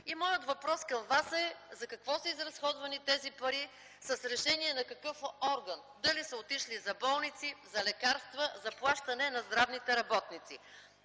Моят въпрос към Вас е: за какво се изразходвани тези пари, с решение на какъв орган? Дали са отишли за болници, за лекарства, за плащане на здравните работници.